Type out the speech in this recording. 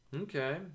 Okay